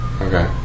Okay